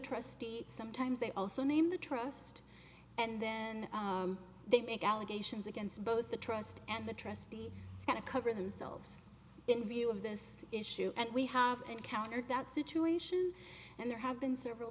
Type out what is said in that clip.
trustee sometimes they also name the trust and then they make allegations against both the trust and the trustee going to cover themselves in view of this issue and we have encountered that situation and there have been several